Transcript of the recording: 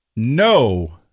no